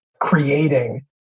creating